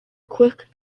quick